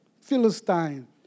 Philistine